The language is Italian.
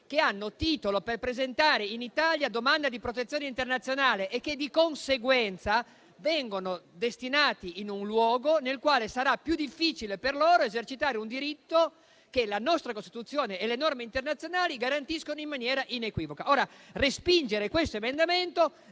che hanno titolo per presentare in Italia domanda di protezione internazionale e che, di conseguenza, vengono destinati in un luogo nel quale sarà più difficile per loro esercitare un diritto che la nostra Costituzione e le norme internazionali garantiscono in maniera inequivoca. Ora, respingere questo emendamento